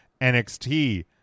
NXT